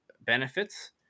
benefits